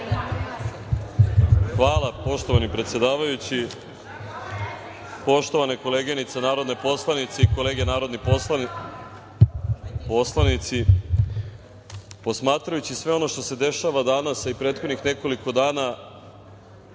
Hvala, poštovani predsedavajući. Poštovane koleginice narodne poslanice i kolege narodni poslanici, posmatrajući sve ono što se dešava danas a i prethodnih nekoliko dana